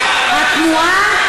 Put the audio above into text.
התנועה,